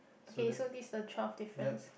okay so this the twelve difference